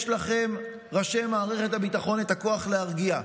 יש לכם, ראשי מערכת הביטחון, את הכוח להרגיע.